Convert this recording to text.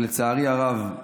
שלצערי הרב,